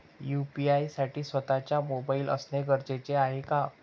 UPI साठी स्वत:चा mobile असणे गरजेचे आहे का?